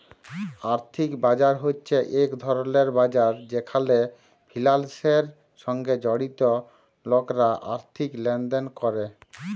আর্থিক বাজার হছে ইক ধরলের বাজার যেখালে ফিলালসের সঙ্গে জড়িত লকরা আথ্থিক লেলদেল ক্যরে